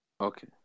Okay